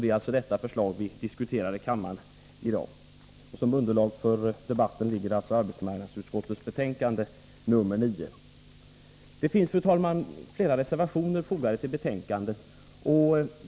Det är alltså det förslaget vi diskuterar i kammaren i dag. Som underlag för debatten ligger också arbetsmarknadsutskottets betänkande 1983/84:9. Det finns, fru talman, flera reservationer fogade vid betänkandet.